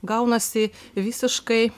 gaunasi visiškai